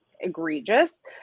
egregious